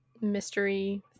mystery